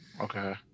okay